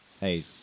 hey